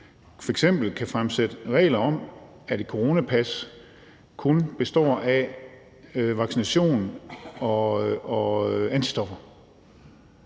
f.eks. kan fremsætte regler om, at et coronapas kun består af vaccination og antistoffer